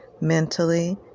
mentally